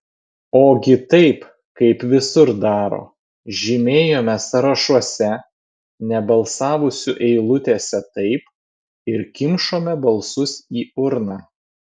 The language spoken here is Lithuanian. ogi taip kaip visur daro žymėjome sąrašuose nebalsavusių eilutėse taip ir kimšome balsus į urną